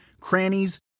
crannies